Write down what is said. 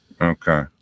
Okay